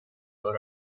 och